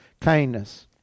Kindness